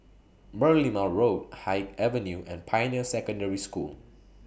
Merlimau Road Haig Avenue and Pioneer Secondary School